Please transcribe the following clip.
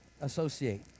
associate